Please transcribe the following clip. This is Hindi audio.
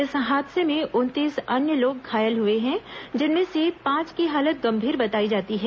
इस हादसे में उनतीस अन्य लोग घायल हुए हैं जिनमें से पांच की हालत गंभीर बताई जाती है